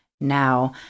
Now